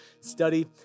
study